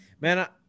man